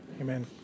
Amen